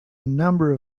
number